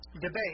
debate